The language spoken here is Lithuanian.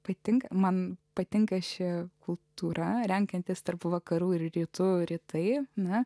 patinka man patinka ši kultūra renkantis tarp vakarų ir rytų rytai na